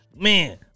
man